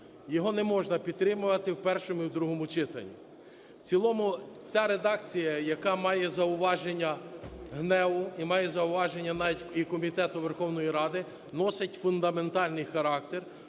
Його не можна підтримувати в першому і другому читанні. В цілому ця редакція, яка має зауваження ГНЕУ і має зауваження навіть і комітету Верховної Ради, носить фундаментальний характер,